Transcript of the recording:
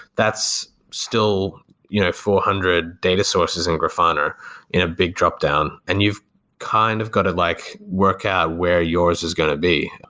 that's still you know four hundred data sources in grafana and a big dropdown, and you've kind of got to like work out where yours is going to be.